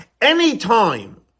Anytime